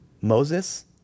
Moses